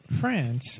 France